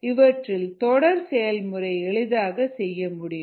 இவற்றில் தொடர் செயல்முறை எளிதாக செய்ய முடியும்